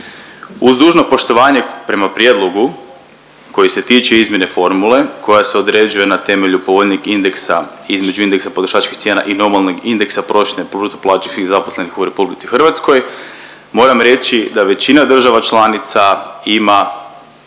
Uz dužno poštovanje prema prijedlogu koji se tiče izmjene formule koja se određuje na temelju povoljnijeg indeksa između indeksa potrošačkih cijena i normalnog indeksa prosječne bruto plaće svih zaposlenih u Republici Hrvatskoj moram reći da većina država članica ima